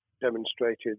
demonstrated